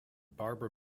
barbara